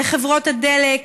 לחברות הדלק,